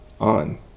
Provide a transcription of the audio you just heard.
on